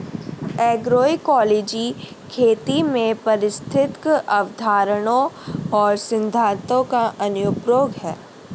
agroecology खेती में पारिस्थितिक अवधारणाओं और सिद्धांतों का अनुप्रयोग है